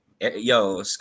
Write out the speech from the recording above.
Yo